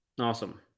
Awesome